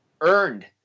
earned